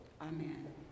Amen